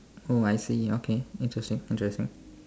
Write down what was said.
oh I see okay interesting interesting